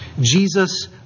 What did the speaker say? Jesus